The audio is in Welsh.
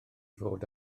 fod